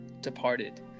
departed